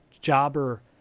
jobber